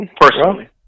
personally